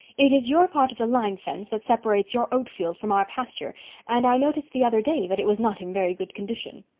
it is your part of the line fence that separates your oatfield from our pasture and i noticed the other day that it was not in very good condition.